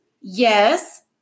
Yes